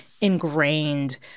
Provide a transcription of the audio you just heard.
ingrained